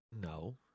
No